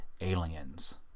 aliens